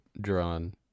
drawn